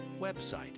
website